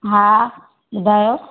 हा ॿुधायो